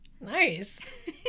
Nice